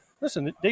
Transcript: Listen